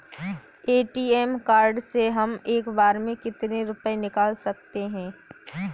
ATM card से हम एक बार में कितने रुपये निकाल सकते हैं?